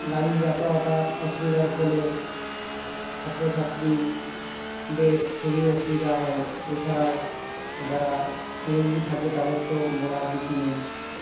গাড়ি যাতায়াতার অসুবিধার ফলে ছাত্র ছাত্রীদের খুবই অসুবিধা হয় এছাড়াও যারা রুগী থাকে তাদের তো বলার কিছু নেই